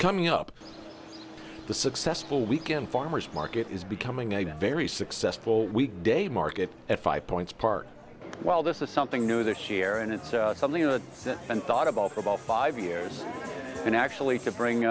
coming up the successful weekend farmer's market is becoming a very successful week day market at five points park well this is something new this year and it's something and thought about for about five years and actually to